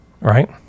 Right